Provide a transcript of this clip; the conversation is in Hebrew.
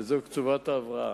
וזו קצובת ההבראה.